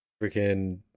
freaking